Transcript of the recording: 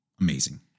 amazing